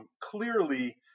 Clearly